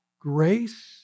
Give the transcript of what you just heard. grace